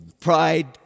pride